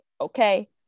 Okay